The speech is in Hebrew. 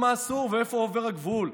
מה אסור ואיפה עובר הגבול.